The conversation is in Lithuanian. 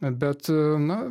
bet nu